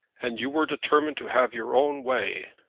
and you were determined to have your own way.